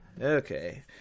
Okay